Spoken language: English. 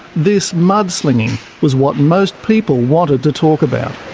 this mudslinging was what most people wanted to talk about.